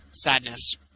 Sadness